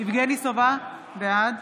יבגני סובה, בעד